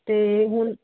ਅਤੇ ਹੁਣ